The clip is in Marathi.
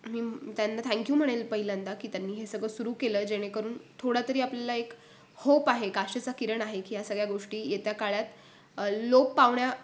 मी त्यांना थँक्यू म्हणेल पहिल्यांदा की त्यांनी हे सगळं सुरू केलं जेणेकरून थोडा तरी आपल्याला एक होप आहे एक आशेचा किरण आहे की या सगळ्या गोष्टी येत्या काळात लोप पावण्या